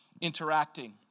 interacting